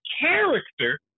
character